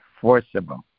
forcible